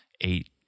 eight